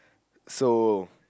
so